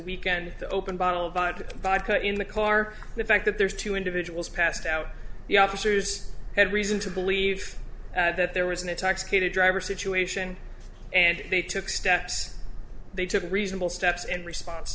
weekend the open bottle but in the car the fact that there's two individuals passed out the officers had reason to believe that there was an intoxicated driver situation and they took steps they took reasonable steps in response